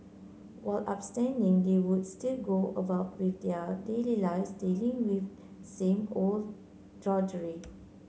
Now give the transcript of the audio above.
while abstaining they would still go about with their daily lives dealing with same old drudgery